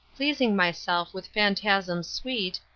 pleasing myself with phantasms sweet,